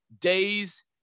days